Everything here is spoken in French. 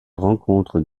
rencontre